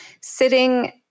sitting